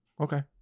okay